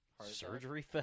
surgery